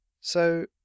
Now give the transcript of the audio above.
So